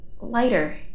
lighter